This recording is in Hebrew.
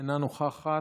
אינה נוכחת.